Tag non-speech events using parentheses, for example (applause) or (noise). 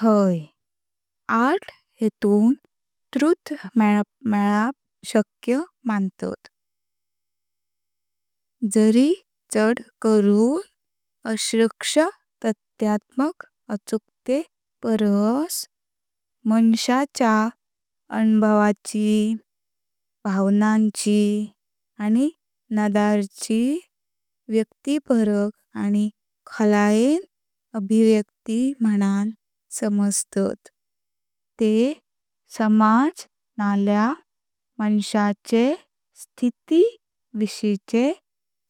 हाय, आर्त हेतून ट्रुथ (hesitation) मेलाप शक्य मंतात, जरी चड करून आश्रक्ष तथ्यमतक अचुकाते पारस मनशाच्या अनुभावाची, भावना‍ची आणि नडरची व्यक्तिप्रक आणि खोलयें अभिव्यक्ति म्हूनन समजतात। तेह समाज नलया मनशाचे स्थिति विष‍‍‍ये